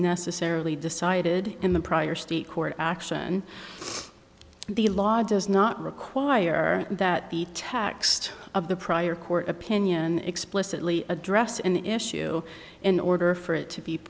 necessarily decided in the prior state court action the law does not require that the text of the prior court opinion explicitly address an issue in order for it to be